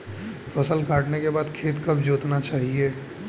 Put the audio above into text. फसल काटने के बाद खेत कब जोतना चाहिये?